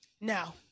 No